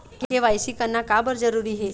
KYC करना का बर जरूरी हे?